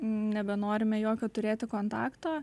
nebenorime jokio turėti kontakto